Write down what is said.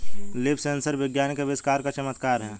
leaf sensor विज्ञान के आविष्कार का चमत्कार है